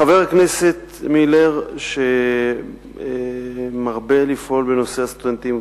חבר הכנסת מילר, שמרבה לפעול בנושא סטודנטים,